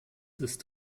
ist